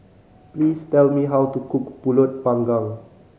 please tell me how to cook Pulut Panggang